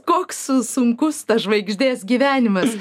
koks sunkus tas žvaigždės gyvenimas